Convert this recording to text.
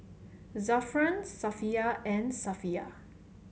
Zafran Safiya and Safiya